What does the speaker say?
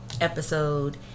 episode